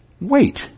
Wait